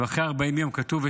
ואחרי 40 יום כתוב,